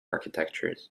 architectures